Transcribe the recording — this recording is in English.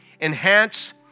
enhance